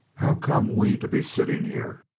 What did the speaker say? how come we to be sitting here?